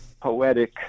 poetic